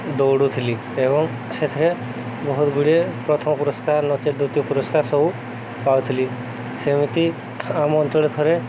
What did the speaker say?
ଦୌଡ଼ୁଥିଲି ଏବଂ ସେଥିରେ ବହୁତ ଗୁଡ଼ିଏ ପ୍ରଥମ ପୁରସ୍କାର ନଚେତ୍ ଦ୍ଵିତୀୟ ପୁରସ୍କାର ସବୁ ପାଉଥିଲି ସେମିତି ଆମ ଅଞ୍ଚଳରେ ଥରେ